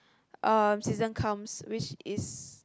um season comes which is